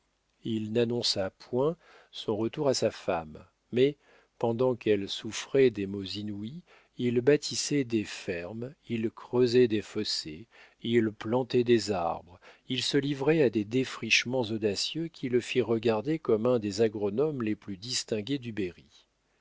il n'annonça point son retour à sa femme mais pendant qu'elle souffrait des maux inouïs il bâtissait des fermes il creusait des fossés il plantait des arbres il se livrait à des défrichements audacieux qui le firent regarder comme un des agronomes les plus distingués du berry